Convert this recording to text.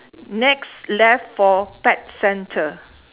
next left four pet centre